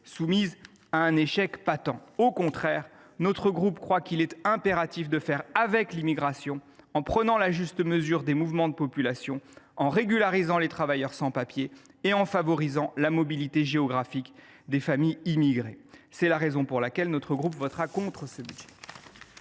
politique du chiffre. Il est au contraire impératif, pensons nous, de « faire avec » l’immigration en prenant la juste mesure des mouvements de population, en régularisant les travailleurs sans papiers et en favorisant la mobilité géographique des familles immigrées. C’est la raison pour laquelle notre groupe votera contre ce budget.